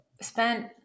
spent